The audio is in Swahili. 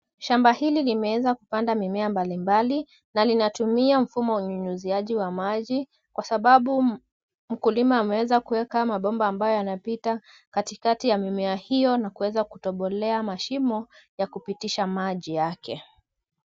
Shamba hili limeeza kupanda mimea mbalimbali na linatumia mfumo wa unyunyiziaji wa maji kwa sababu mkulima ameweza kueka mabomba ambayo yanapita katikati ya mimea hiyo na kueza kutobolea mashimo ya kupitisha maji yake.